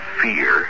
fear